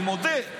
אני מודה.